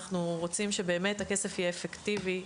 אנחנו רוצים שהכסף באמת יהיה אפקטיבי,